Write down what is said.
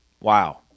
Wow